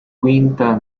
quinta